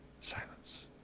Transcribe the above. silence